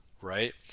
right